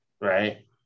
right